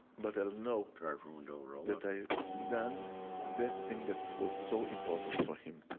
but i'll know that i done that thing that was so important for him.